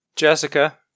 Jessica